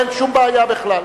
אין שום בעיה בכלל.